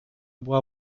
była